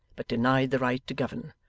but denied the right to govern,